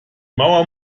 mauer